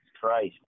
Christ